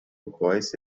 باعث